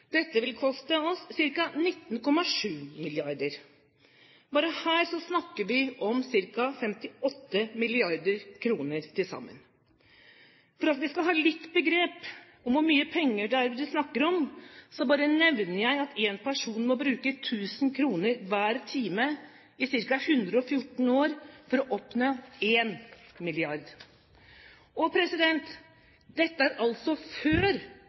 Dette vil koste oss ca. 19,7 mrd. kr. Bare her snakker vi om ca. 58 mrd. kr til sammen. For at vi skal ha litt begrep om hvor mye penger det er vi snakker om, så bare nevner jeg at en person må bruke 1 000 kr hver time i ca. 114 år for å oppnå 1 mrd. kr. Og dette er altså